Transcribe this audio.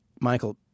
Michael